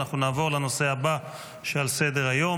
אנחנו נעבור לנושא הבא שעל סדר-היום,